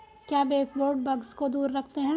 क्या baseboard bugs को दूर रखते हैं?